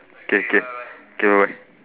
K K K bye bye